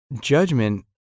judgment